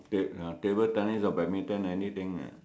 ta~ ya table tennis or badminton anything lah